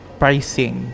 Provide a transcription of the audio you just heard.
pricing